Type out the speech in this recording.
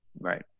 Right